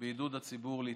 ועידוד הציבור להתחסן.